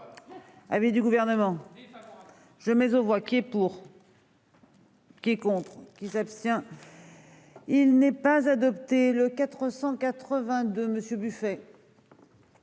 Avait du gouvernement. Je mais on voit qui est pour.-- Qui est contre qui s'abstient. Il n'est pas adopté le 482 Monsieur